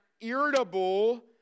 irritable